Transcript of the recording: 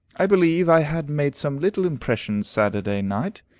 i believe i had made some little impression saturday night,